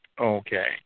Okay